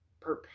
perp